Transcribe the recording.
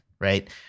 right